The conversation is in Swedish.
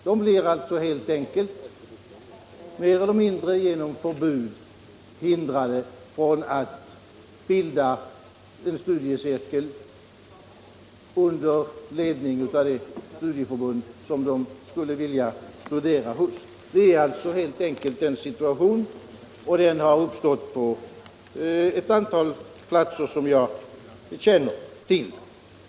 De blir alltså helt enkelt mer eller mindre genom förbud hindrade från att bilda en studiecirkel under ledning av det studieförbund som de vill studera hos. Den situationen har uppstått på ett antal platser som jag känner till.